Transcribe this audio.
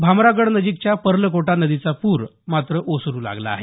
भामरागडनजीकच्या पर्लकोटा नदीचा पूर मात्र ओसरु लागला आहे